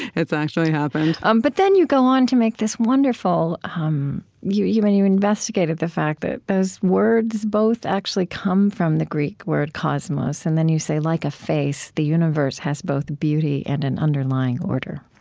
that's actually happened um but then you go on to make this wonderful um you you and investigated the fact that those words both actually come from the greek word cosmos, and then you say, like a face, the universe has both beauty and an underlying order.